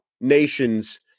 nations